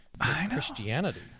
Christianity